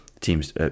teams